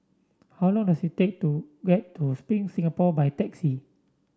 how long does it take to get to Spring Singapore by taxi